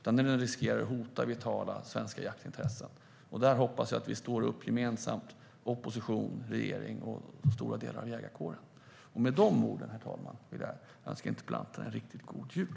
Den riskerar att hota vitala svenska jaktintressen. Jag hoppas att vi står upp gemensamt, opposition, regering och stora delar av jägarkåren. Herr talman! Med de orden vill jag önska interpellanten en riktigt god jul.